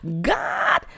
God